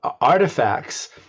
artifacts